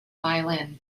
violin